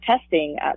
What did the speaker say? testing